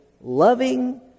loving